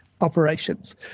operations